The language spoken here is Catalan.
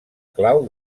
clau